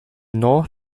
north